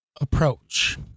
approach